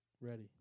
ready